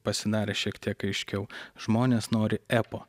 pasidarė šiek tiek aiškiau žmonės nori epo